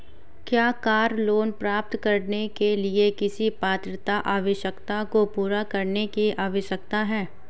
क्या car loan प्राप्त करने के लिए किसी पात्रता आवश्यकता को पूरा करने की आवश्यकता है?